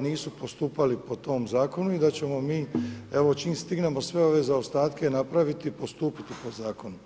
nisu postupali po tom Zakonu i da ćemo mi evo, čim stignemo sve ove zaostatke napraviti, postupiti po Zakonu.